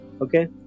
Okay